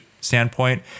standpoint